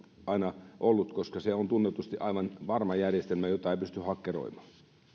aina ollut koska se on tunnetusti aivan varma järjestelmä jota ei pysty hakkeroimaan